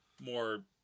more